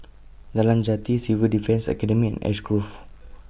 Nalan Jati Civil Defence Academy Ash Grove